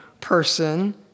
person